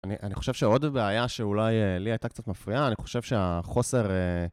אני חושב שעוד בעיה שאולי לי הייתה קצת מפריעה, אני חושב שהחוסר...